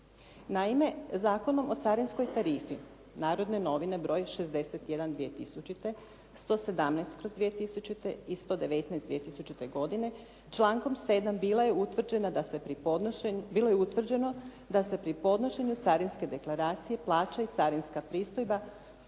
Naime, Zakonom o carinskoj tarifi "Narodne novine br. 61/2000. i 119/2000. godine, člankom 7.", bilo je utvrđeno da se pri podnošenju Carinske deklaracije plaća carinska pristojba 10 kn po